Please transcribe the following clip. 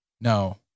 No